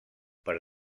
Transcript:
per